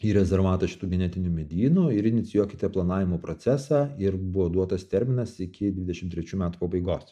į rezervatą šitų genetinių medynų ir inicijuokite planavimo procesą ir buvo duotas terminas iki dvidešim trečių metų pabaigos